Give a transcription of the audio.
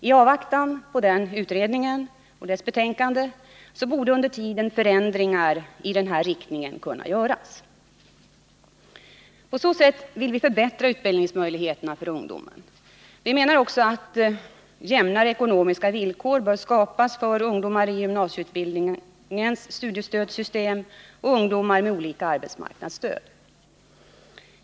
I avvaktan på den utredningen och dess betänkande borde under tiden förändringar i den här riktningen kunna göras. På så sätt vill vi förbättra utbildningsmöjligheterna för ungdomen. Vi menar också att jämnare ekonomiska villkor bör skapas för ungdomar i gymnasieutbildningens studiestödssystem och ungdomar med olika arbetsmarknadsstöd.